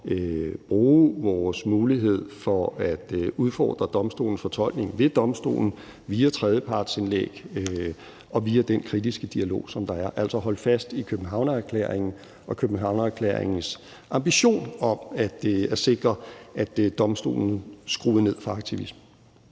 bruge vores mulighed for at udfordre domstolens fortolkning ved domstolen via tredjepartsindlæg og via den kritiske dialog, der er – altså holde fast i Københavnererklæringen og Københavnererklæringens ambition om at sikre, at domstolen skruer ned for aktivismen.